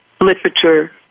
literature